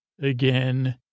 again